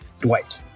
Dwight